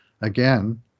again